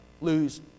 lose